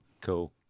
Cool